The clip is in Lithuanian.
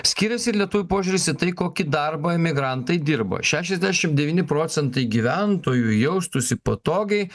skiriasi ir lietuvių požiūris į tai kokį darbą imigrantai dirbo šešiasdešim devyni procentai gyventojų jaustųsi patogiai